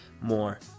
more